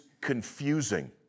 confusing